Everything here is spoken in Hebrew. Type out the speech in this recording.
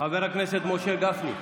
חבר הכנסת משה גפני,